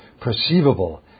perceivable